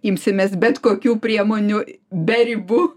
imsimės bet kokių priemonių be ribų